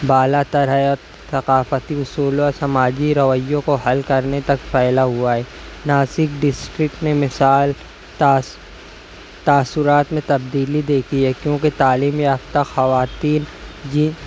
بالا تر ہے اور ثقافتی اصولوں اور سماجی رویوں کو حل کرنے تک پھیلا ہوا ہے ناسک ڈسٹرکٹ میں مثال تاثرات میں تبدیلی دیکھی ہے کیونکہ تعلیم یافتہ خواتین یہ